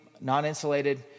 non-insulated